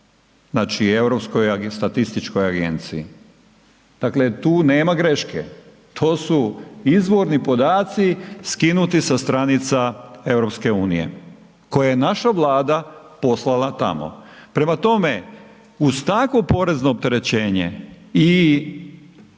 znači Europskoj statističkoj agenciji. Dakle tu nema greške, to su izvorni podaci skinuti sa stranica EU koje je naša Vlada poslala tamo. Prema tome, uz takvo porezno opterećenje i